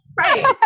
Right